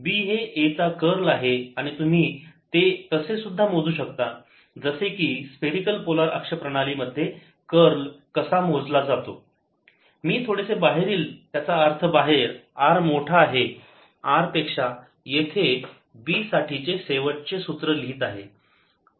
तर B हे A चा कर्ल आहे आणि तुम्ही ते तसे सुद्धा मोजू शकता जसे की स्फेरिकल पोलार अक्ष प्रणालीमध्ये कर्ल कसा मोजला जातो मी थोडेसे बाहेरील त्याचा अर्थ बाहेर r मोठे आहे R पेक्षा येथे B साठीचे शेवटचे सूत्र लिहीत आहे